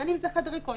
בין אם זה חדרי כושר,